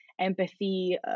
empathy